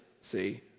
See